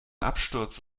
absturz